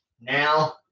Now